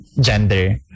gender